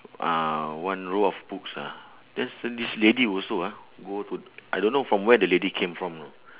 uh one row of books ah then then this lady also ah go to I don't know from where the lady came from you know